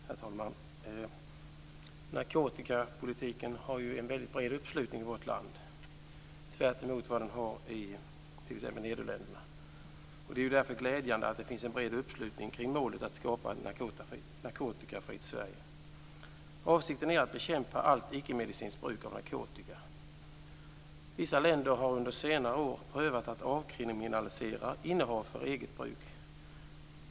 Herr talman! Narkotikapolitiken har en väldigt bred uppslutning i vårt land, tvärtemot vad den har i t.ex. Nederländerna. Det är därför glädjande att det finns en bred uppslutning kring målet att skapa ett narkotikafritt Sverige. Avsikten är att bekämpa allt icke-medicinskt bruk av narkotika. Vissa länder har under senare år prövat att avkriminalisera innehav för eget bruk.